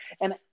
and-